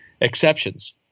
exceptions